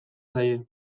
zaie